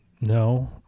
no